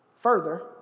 Further